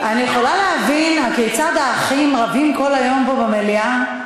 אני יכולה להבין הכיצד האחים רבים כל היום פה במליאה,